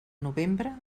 novembre